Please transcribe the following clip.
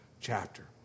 chapter